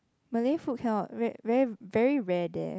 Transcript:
Malay food cannot very very very rare there